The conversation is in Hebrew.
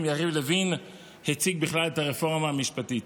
יריב לוין הציג בכלל את הרפורמה המשפטית.